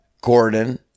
Gordon